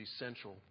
essential